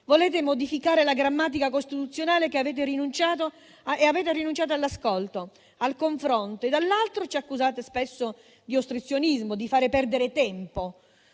volete modificare la grammatica costituzionale e avete rinunciato all'ascolto e al confronto; dall'altro, ci accusate spesso di ostruzionismo, di far perdere tempo,